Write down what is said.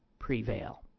Prevail